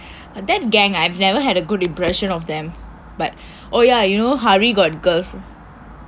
that gang I've never had a good impression of them oh ya you know hari got the